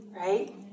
right